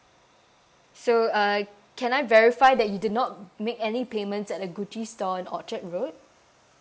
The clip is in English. so uh can I verify that you did not make any payments at the Gucci store in orchard road